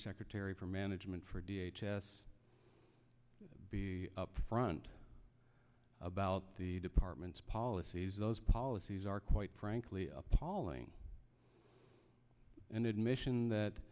secretary for management for d h s be up front about the department's policies those policies are quite frankly appalling and admission that